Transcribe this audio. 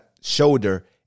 shoulder